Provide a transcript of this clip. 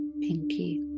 Pinky